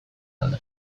alde